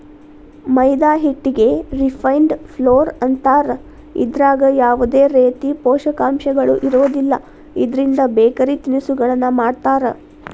ಮೈದಾ ಹಿಟ್ಟಿಗೆ refined flour ಅಂತಾರ, ಇದ್ರಾಗ ಯಾವದೇ ರೇತಿ ಪೋಷಕಾಂಶಗಳು ಇರೋದಿಲ್ಲ, ಇದ್ರಿಂದ ಬೇಕರಿ ತಿನಿಸಗಳನ್ನ ಮಾಡ್ತಾರ